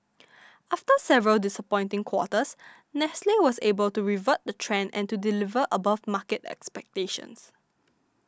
after several disappointing quarters Nestle was able to revert the trend and to deliver above market expectations